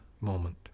moment